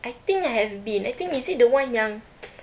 I think I have been I think is it the one yang